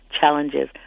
challenges